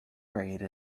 grade